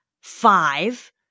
five